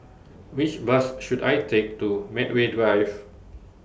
Which Bus should I Take to Medway Drive